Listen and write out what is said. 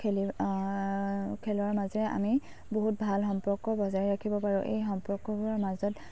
খেলি খেলৰ মাজৰে আমি বহুত ভাল সম্পৰ্ক বজাই ৰাখিব পাৰোঁ এই সম্পৰ্কবোৰৰ মাজত